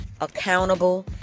accountable